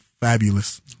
Fabulous